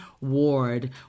Ward